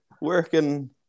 working